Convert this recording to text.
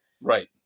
Right